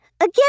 Again